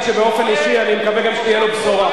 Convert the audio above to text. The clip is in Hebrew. שבאופן אישי אני מקווה גם שתהיה לו בשורה.